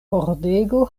pordego